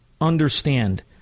understand